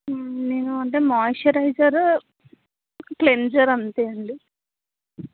నేను అంటే moisturiser cleanser అంతే అండి